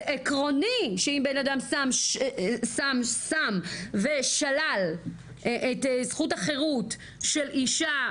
זה עקרוני שאם בנאדם שם סם ושלל את זכות החירות של אישה,